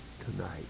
tonight